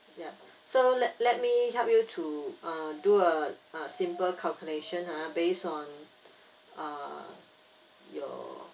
ya so let let me help you to uh do a a simple calculation ha base on uh your